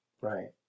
Right